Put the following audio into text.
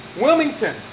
Wilmington